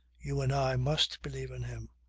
you and i must believe in him.